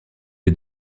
est